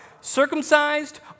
circumcised